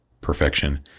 perfection